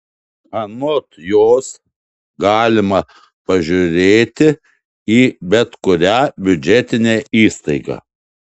anot jos galima pažiūrėti į bet kurią biudžetinę įstaigą